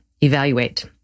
evaluate